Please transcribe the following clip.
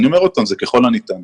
אני אומר שוב שזה ככל הניתן.